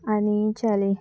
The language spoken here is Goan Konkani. आनी चाली